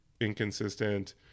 inconsistent